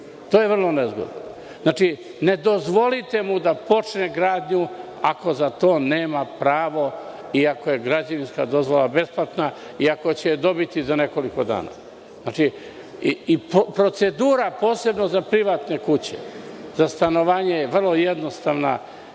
To je vrlo nezgodno. Znači, ne dozvolite mu da počne gradnju ako za to nema pravo, i ako je građevinska dozvola besplatna, iako će je dobiti za nekoliko dana. Procedura posebno za privatne kuće za stanovanje je vrlo jednostavna